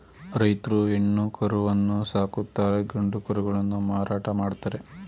ರೈತ್ರು ಹೆಣ್ಣು ಕರುವನ್ನು ಸಾಕುತ್ತಾರೆ ಗಂಡು ಕರುಗಳನ್ನು ಮಾರಾಟ ಮಾಡ್ತರೆ